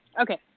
Okay